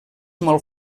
molt